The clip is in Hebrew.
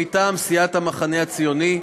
מטעם סיעת המחנה הציוני: